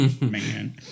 Man